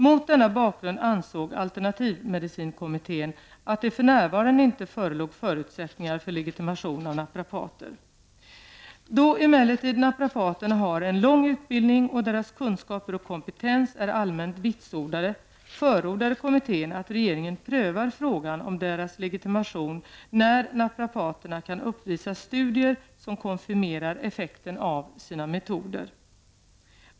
Mot denna bakgrund ansåg alternativmedicinkommittén att det för närvarande inte förelåg förutsättningar för legitimation av naprapater. Då emellertid naprapaterna har en lång utbildning och deras kunskaper och kompetens är allmänt vitsordade förordade kommittén att regeringen prövar frågan om deras legitimation när naprapaterna kan uppvisa studier som konfirmerar effekten av sina metoder.